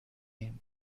him